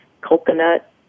coconut